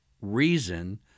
reason